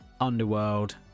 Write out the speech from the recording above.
underworld